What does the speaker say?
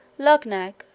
luggnagg,